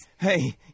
Hey